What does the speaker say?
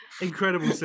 incredible